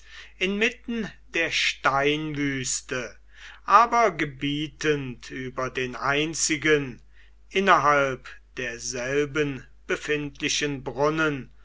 inmitten der steinwüste aber gebietend über den einzigen innerhalb derselben befindlichen brunnen